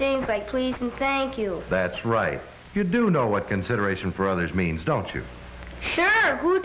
things like please and thank you that's right you do know what consideration for others means don't you